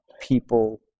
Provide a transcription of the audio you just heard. people